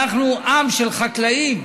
אנחנו עם של חקלאים,